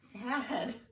sad